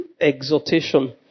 exhortation